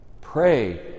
Pray